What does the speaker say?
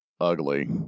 ugly